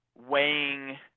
weighing